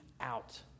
out